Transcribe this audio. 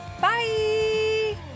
bye